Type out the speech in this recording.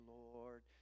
lord